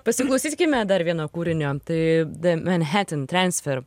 pasiklausykime dar vieno kūrinio tai the manhattan transfer